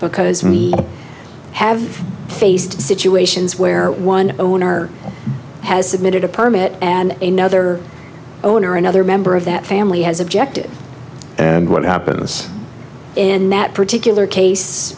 because we have faced situations where one owner has submitted a permit and a no other owner or another member of that family has objected and what happens in that particular case